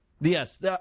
Yes